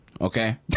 okay